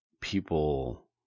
people